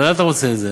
לאן אתה רוצה את זה,